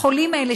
החולים האלה,